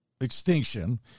extinction